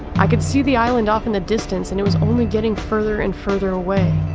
i could see the island off in the distance and it was only getting further and further away.